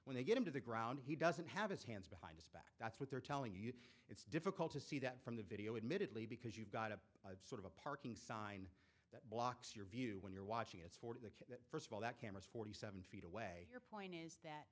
when they get him to the ground he doesn't have his hands behind his back that's what they're telling you it's difficult to see that from the video admittedly because you've got a sort of a parking sign that blocks your view when you're watching it's for that first of all that cameras forty seven feet away you